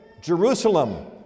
Jerusalem